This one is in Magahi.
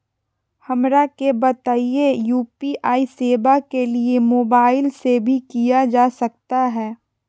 हमरा के बताइए यू.पी.आई सेवा के लिए मोबाइल से भी किया जा सकता है?